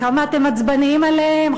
כמה אתם עצבניים עליהם,